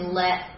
let